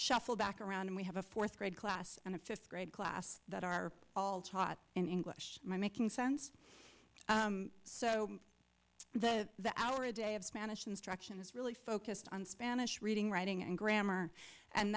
shuffled back around and we have a fourth grade class and a fifth grade class that are all taught in english by making sense so the hour a day of spanish instruction is really focused on spanish reading writing and grammar and